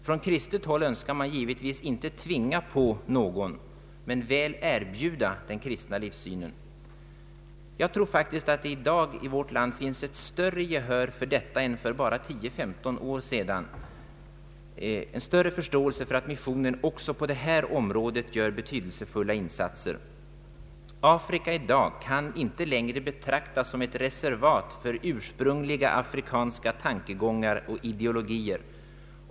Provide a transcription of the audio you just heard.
Från kristet håll önskar man givetvis inte tvinga på, men väl erbjuda den kristna livssynen. Jag tror faktiskt att det finns större gehör i vårt land i dag än för 10—15 år sedan för att missionen också på detta område gör betydelsefulla insatser. Afrika i dag kan inte längre betraktas som ett reservat för ursprungliga afrikanska tankegångar och ideologier.